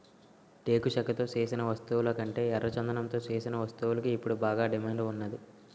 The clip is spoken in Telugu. టేకు చెక్కతో సేసిన వస్తువులకంటే ఎర్రచందనంతో సేసిన వస్తువులకు ఇప్పుడు బాగా డిమాండ్ ఉన్నాది